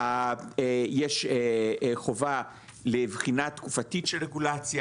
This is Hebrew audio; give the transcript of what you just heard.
יש חובה לבחינה תקופתית של רגולציה.